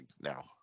now